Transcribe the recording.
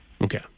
Okay